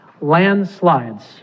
landslides